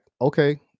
okay